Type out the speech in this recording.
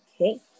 Okay